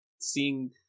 seeing